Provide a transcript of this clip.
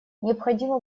необходимо